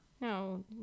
No